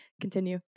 continue